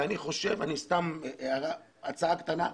אני חושב, סתם הצעה קטנה,